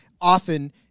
often –